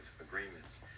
agreements